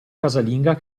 casalinga